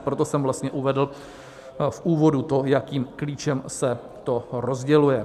Proto jsem vlastně uvedl v úvodu to, jakým klíčem se to rozděluje.